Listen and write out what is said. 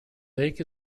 lake